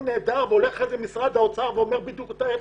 נהדר והולך אחר כך למשרד האוצר ואומר בדיוק את ההיפך.